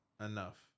enough